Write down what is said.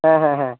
হ্যাঁ হ্যাঁ হ্যাঁ